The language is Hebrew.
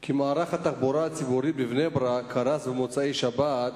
כי מערך התחבורה הציבורית בבני-ברק קרס במוצאי שבת,